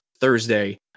Thursday